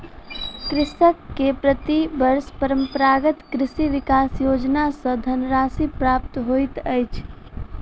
कृषक के प्रति वर्ष परंपरागत कृषि विकास योजना सॅ धनराशि प्राप्त होइत अछि